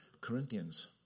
Corinthians